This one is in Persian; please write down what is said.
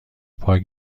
پاک